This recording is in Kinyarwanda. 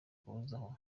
guhozaho